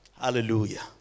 Hallelujah